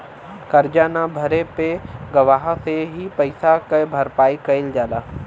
करजा न भरे पे गवाह से ही पइसा के भरपाई कईल जाला